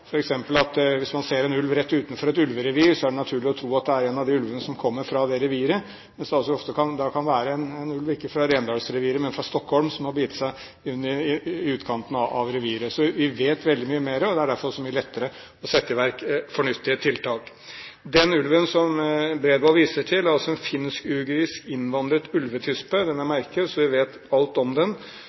Hvis man f.eks. ser en ulv like utenfor et ulverevir, er det naturlig å tro at det er en av de ulvene som kommer fra det reviret, mens det kan være en ulv ikke fra Rendals-reviret, men fra Stockholm, som har begitt seg inn i utkanten av reviret. Vi vet veldig mye mer, og det er derfor også mye lettere å sette i verk fornuftige tiltak. Den ulven som Bredvold viser til, en finsk-ugrisk innvandret ulvetispe – den er merket, så vi vet alt om den